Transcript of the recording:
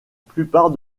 plupart